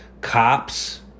cops